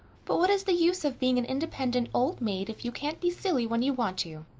but what is the use of being an independent old maid if you can't be silly when you want to,